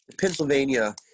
Pennsylvania